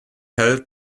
held